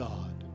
God